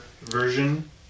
version